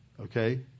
Okay